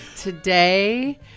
today